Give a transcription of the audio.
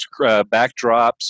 backdrops